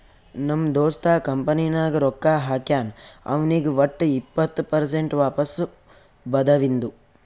ನಮ್ ದೋಸ್ತ ಕಂಪನಿ ನಾಗ್ ರೊಕ್ಕಾ ಹಾಕ್ಯಾನ್ ಅವ್ನಿಗ್ ವಟ್ ಇಪ್ಪತ್ ಪರ್ಸೆಂಟ್ ವಾಪಸ್ ಬದುವಿಂದು